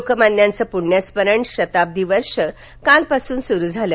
लोकमान्यांच प्रण्यस्मरण शताब्दी वर्ष काल पासून सुरू झालं